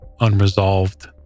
unresolved